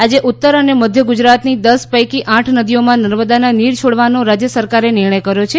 આજે ઉત્તર અને મધ્ય ગુજરાતની દશ પૈકી આઠ નદીઓમા નર્મદાના નીર છોડવાનો રાજય સરકારે નિર્ણય કર્યો છે